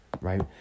right